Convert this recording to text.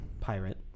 Pirate